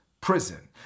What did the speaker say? prison